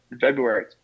february